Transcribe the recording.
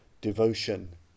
devotion